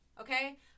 Okay